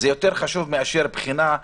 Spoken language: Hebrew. זה יותר חשוב מאשר בחינה.